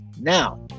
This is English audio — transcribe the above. Now